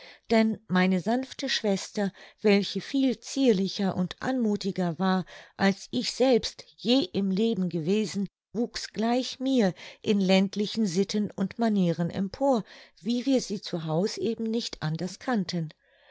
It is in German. denn meine sanfte schwester welche viel zierlicher und anmuthiger war als ich selbst je im leben gewesen wuchs gleich mir in ländlichen sitten und manieren empor wie wir sie zu haus eben nicht anders kannten